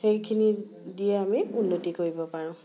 সেইখিনি দিয়েই আমি উন্নতি কৰিব পাৰোঁ